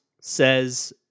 says